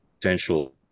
potential